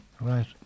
Right